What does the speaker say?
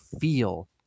feel